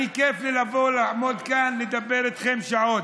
כיף לי לבוא, לעמוד כאן, לדבר איתכם שעות.